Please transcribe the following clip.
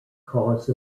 cause